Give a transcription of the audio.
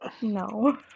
No